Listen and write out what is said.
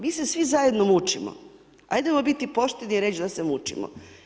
Mi se svi zajedno mučimo, ajdemo biti pošteni i reći da se mučimo.